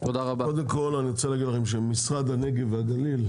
קודם כל אני רוצה להגיד לכם שמשרד הנגב והגליל,